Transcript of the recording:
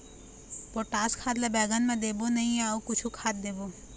Potash खाद ला बैंगन मे देबो नई या अऊ कुछू खाद देबो?